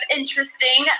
interesting